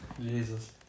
Jesus